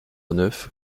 neuf